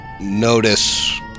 notice